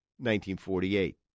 1948